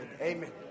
Amen